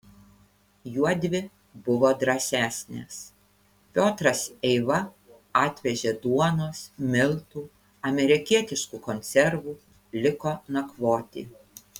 juodvi buvo drąsesnės piotras eiva atvežė duonos miltų amerikietiškų konservų liko nakvoti